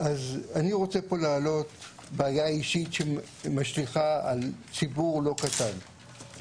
אז אני רוצה פה להעלות בעיה אישית שמשליכה על ציבור לא קטן.